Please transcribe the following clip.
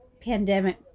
pandemic